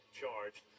charged